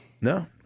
No